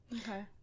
Okay